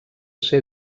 ser